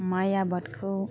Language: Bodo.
माइ आबादखौ